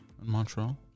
Montreal